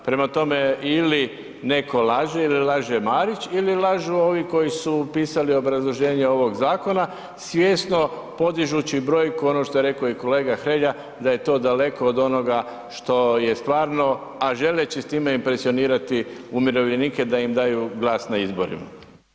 Prema tome, ili neko laže ili laže Marić ili lažu ovi koji su pisali obrazloženje ovog zakona svjesno podižući brojku, ono što je rekao i kolega Hrelja, da je to daleko od onoga što je stvarno, a želeći s time impresionirati umirovljenike da im daju glas na izborima.